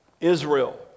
Israel